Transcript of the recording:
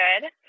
good